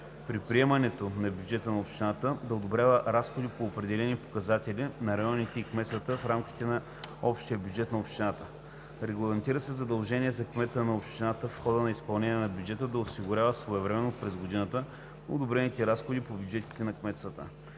при приемането на бюджета на общината да одобрява разходи по определени показатели на районите и кметствата в рамките на общия бюджет на общината, регламентира се задължение за кмета на общината в хода на изпълнение на бюджета да осигурява своевременно през годината одобрените разходи по бюджетите на кметствата.